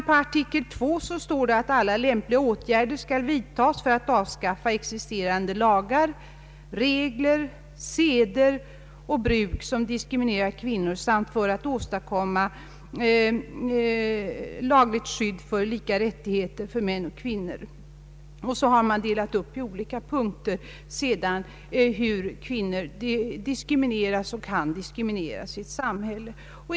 I artikel 2 står det att alla ”lämpliga åtgärder skall vidtagas för att avskaffa existerande lagar, regler, seder och bruk som diskriminerar kvinnor samt för att åstadkomma legalt skydd för lika rättigheter för män och kvinnor”. Därefter har man i två punkter redogjort för hur kvinnor diskriminerats och kan diskrimineras i ett samhälle.